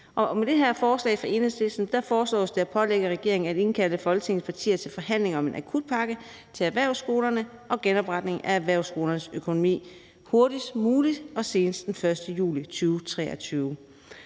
Med det her forslag fra Enhedslisten foreslås det at pålægge regeringen at indkalde Folketingets partier til forhandlinger om en akutpakke til erhvervsskolerne og genopretning af erhvervsskolernes økonomi hurtigst muligt og senest den 1. juli 2023.